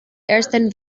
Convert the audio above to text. ersten